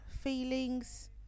feelings